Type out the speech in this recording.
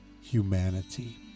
humanity